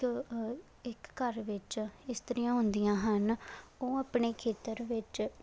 ਕ ਇੱਕ ਘਰ ਵਿੱਚ ਇਸਤਰੀਆਂ ਹੁੰਦੀਆਂ ਹਨ ਉਹ ਆਪਣੇ ਖੇਤਰ ਵਿੱਚ